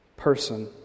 person